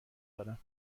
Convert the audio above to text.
دارم